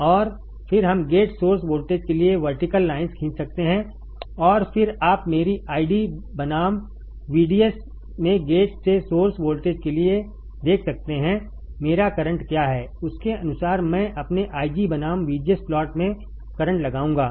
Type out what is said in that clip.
और फिर हम गेट सोर्स वोल्टेज के लिए वर्टिकल लाइन्स खींच सकते हैं और फिर आप मेरी आईडी बनाम VDS में गेट से सोर्स वोल्टेज के लिए देख सकते हैं मेरा करंट क्या है उसके अनुसार मैं अपने I G बनाम VGS प्लॉट में करंट लगाऊंगा